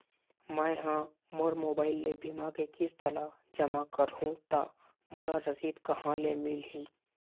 मैं हा मोर मोबाइल ले बीमा के किस्त ला जमा कर हु ता मोला रसीद कहां ले मिल ही?